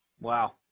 Wow